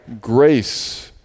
grace